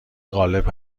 غالب